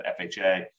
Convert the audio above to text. FHA